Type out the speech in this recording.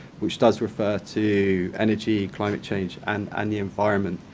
which does refer to energy, climate change, and and the environment